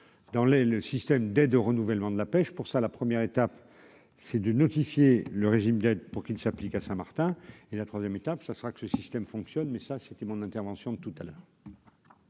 les le système d'aide au renouvellement de la pêche pour ça, la première étape c'est de notifier le régime d'aide pour qu'il s'applique à Saint-Martin et la 3ème étape, ça sera que ce système fonctionne mais ça, ça a été mon intervention de tout à l'heure.